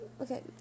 Okay